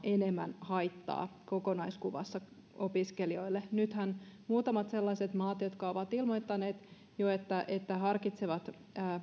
enemmän haittaa kokonaiskuvassa opiskelijoille nythän muutamat sellaiset maat jotka ovat ilmoittaneet jo että että harkitsevat